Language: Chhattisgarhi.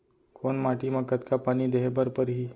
कोन माटी म कतका पानी देहे बर परहि?